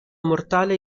mortale